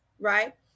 right